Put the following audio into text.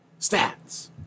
Stats